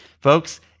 Folks